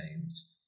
names